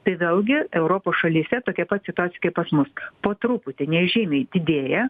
tai vėlgi europos šalyse tokia pat situacija kaip pas mus po truputį nežymiai didėja